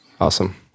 Awesome